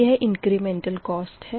यह incremental cost है